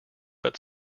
but